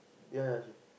ya ya